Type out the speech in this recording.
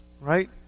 Right